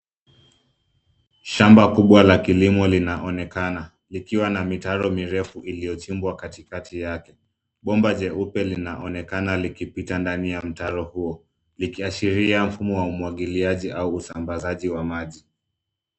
Shamba kubwa la kilimo linaonekana likiwa na mitaro mirefu iliyochimbwa katikati yake. Bomba jeupe linaonekana likipita ndani ya mtaro huo, likiashiria mfumo wa umwagiliaji au usambazaji wa maji.